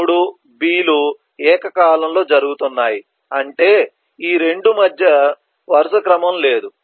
3 B లు ఏకకాలంలో జరుగుతున్నాయి అంటే ఈ 2 మధ్య వరుస క్రమం లేదు